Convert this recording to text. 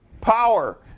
power